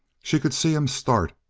she could see him start.